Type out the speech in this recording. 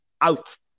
out